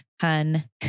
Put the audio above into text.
hun